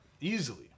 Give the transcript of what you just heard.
Easily